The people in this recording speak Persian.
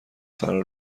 فرا